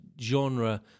genre